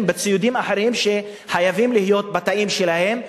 ובציודים אחרים שחייבים להיות בתאים שלהם,